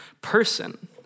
person